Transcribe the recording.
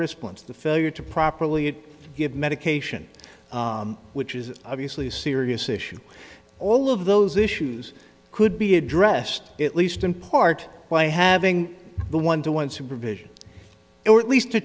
response to failure to properly give medication which is obviously a serious issue all of those issues could be addressed at least in part by having the one to one supervision or at least t